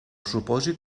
supòsit